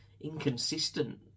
inconsistent